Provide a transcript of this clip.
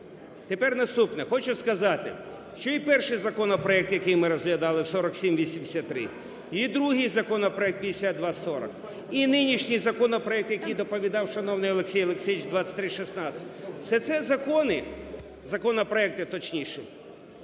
Тепер наступне. Хочу сказати, що і перший законопроект, який ми розглядали, 4783, і другий законопроект 5240, і нинішній законопроект, який доповідав шановний Олексій Олексійович, 2316 – всі ці закони, законопроекти точніше,